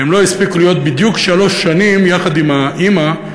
שהם לא הספיקו להיות בדיוק שלוש שנים יחד עם האמא,